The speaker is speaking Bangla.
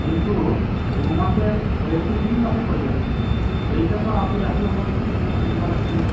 কিন্তু দু মাসের হয়ে গিয়ে তিন মাসে পড়ে যাচ্ছে সেইটা তো আপনি এখনও পর্যন্ত কিছু জানাচ্ছেন না